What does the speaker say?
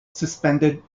suspended